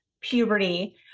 puberty